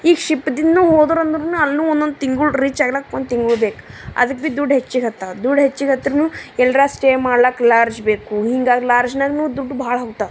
ಈಗ ಶಿಪ್ದಿನ್ನು ಹೋದ್ರರಂದ್ರುನು ಅಲ್ಲುನೂ ಒಂದೊಂದು ತಿಂಗಳು ರೀಚ್ ಆಗ್ಲಕ್ಕ ಒಂದು ತಿಂಗಳು ಬೇಕು ಅದಕ್ಕ ಭೀ ದುಡ್ಡು ಹೆಚ್ಚಿಗೆ ಹತ್ತವು ದುಡ್ಡು ಹೆಚ್ಚಿಗೆ ಹತ್ರುನು ಎಲ್ಲಾರ ಸ್ಟೇ ಮಾಡ್ಲಕ್ಕ ಲಾರ್ಜ್ ಬೇಕು ಹಿಂಗಾಗಿ ಲಾರ್ಜ್ನಾಗುನೂ ದುಡ್ಡು ಭಾಳ ಹೋಗ್ತಾವ